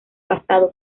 pasado